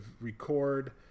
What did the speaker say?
record